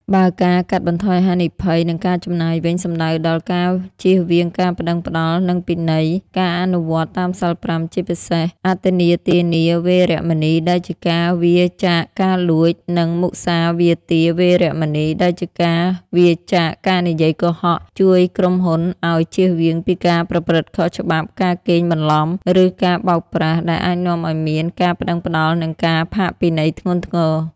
បើការកាត់បន្ថយហានិភ័យ និងការចំណាយវិញ សំដៅដល់ ការជៀសវាងការប្ដឹងផ្ដល់ និងពិន័យ: ការអនុវត្តតាមសីល៥ ជាពិសេស អទិន្នាទានា វេរមណី ដែលជាការវៀរចាកការលួច និង មុសាវាទា វេរមណី ដែលជាការវៀរចាកការនិយាយកុហក ជួយក្រុមហ៊ុនឱ្យ ជៀសវាងពីការប្រព្រឹត្តខុសច្បាប់ ការកេងបន្លំ ឬការបោកប្រាស់ ដែលអាចនាំឱ្យមាន ការប្ដឹងផ្ដល់ និងការផាកពិន័យ ធ្ងន់ធ្ងរ។